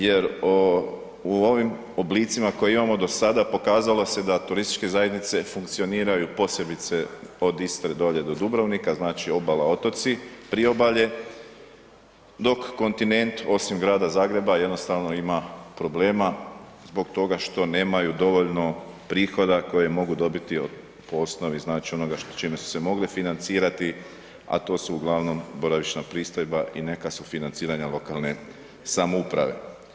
Jer u ovim oblicima koje imamo do sada pokazalo se da turističke zajednice funkcioniraju, posebice od Istre dolje do Dubrovnika, znači, obala, otoci, priobalje, dok kontinent, osim Grada Zagreba jednostavno ima problema zbog toga što nemaju dovoljno prihoda koje mogu dobiti od, po osnovi, znači, onoga čime su se mogli financirati, a to su uglavnom boravišna pristojba i neka sufinanciranja lokalne samouprave.